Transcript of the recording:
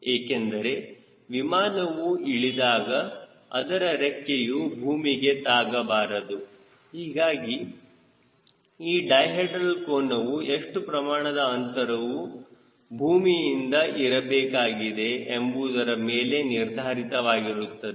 ಏಕೆಂದರೆ ವಿಮಾನವು ಇಳಿದಾಗ ಅದರ ರೆಕ್ಕೆಯು ಭೂಮಿಗೆ ತಾಗಬಾರದು ಹೀಗಾಗಿ ಈ ಡೈಹೆಡ್ರಲ್ ಕೋನವು ಎಷ್ಟು ಪ್ರಮಾಣದ ಅಂತರವು ಭೂಮಿಯಿಂದ ಇರಬೇಕಾಗಿದೆ ಎಂಬುದರ ಮೇಲೆ ನಿರ್ಧಾರಿತವಾಗುತ್ತದೆ